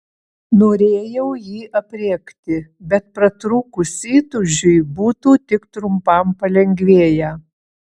norėjau jį aprėkti bet pratrūkus įtūžiui būtų tik trumpam palengvėję